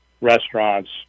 restaurants